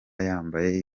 yambaye